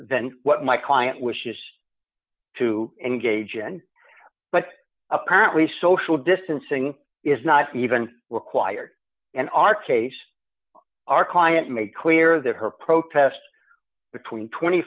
than what my client wishes to engage in but apparently social distancing is not even required in our case our client made clear that her protest between twenty